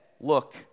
look